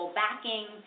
backing